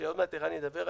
שעוד מעט ערן ידבר עליהן.